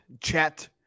chat